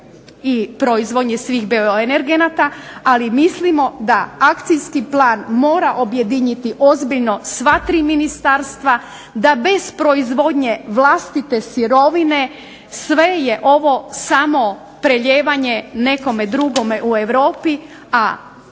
i proizvodnje svih bioenergenata ali mislimo da akcijski plan mora objediniti ozbiljno sva tri ministarstva, da bez proizvodnje vlastite sirovine, sve je ovo samo prelijevanje nekome drugome u Europi a